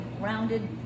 rounded